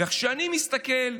וכשאני מסתכל,